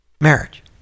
Marriage